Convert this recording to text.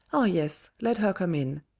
ah! yes, let her come in.